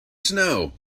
snow